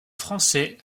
français